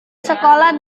sekolah